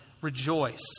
rejoice